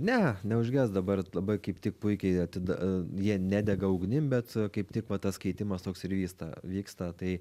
ne neužges dabar labai kaip tik puikiai atida jie nedega ugnim bet kaip tik va tas keitimas toks ir vysta vyksta tai